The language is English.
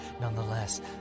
Nonetheless